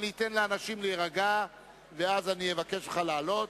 אני אתן לאנשים להירגע ואז אבקש ממך לעלות.